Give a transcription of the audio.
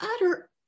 utter